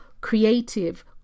creative